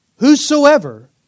Whosoever